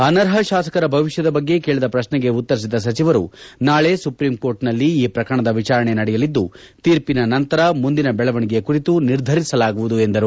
ಅನರ್ಹ ಶಾಸಕರ ಭವಿಷ್ಠದ ಬಗ್ಗೆ ಕೇಳದ ಶ್ರಶ್ನೆಗೆ ಉತ್ತರಿಸಿದ ಸಚಿವರು ನಾಳೆ ಸುಪ್ರೀಂಕೋರ್ಟ್ನಲ್ಲಿ ಈ ಪ್ರಕರಣದ ವಿಚಾರಣೆ ನಡೆಯಲಿದ್ದು ತೀರ್ಷಿನ ನಂತರ ಮುಂದಿನ ಬೆಳವಣಿಗೆ ಕುರಿತು ನಿರ್ಧರಿಸಲಾಗುವುದು ಎಂದರು